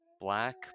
Black